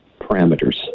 parameters